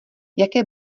jaké